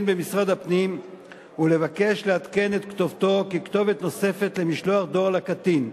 במשרד הפנים ולבקש לעדכן את כתובתו ככתובת נוספת למשלוח דואר לקטין.